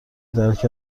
درک